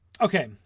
okay